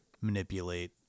manipulate